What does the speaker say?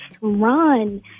run